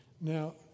now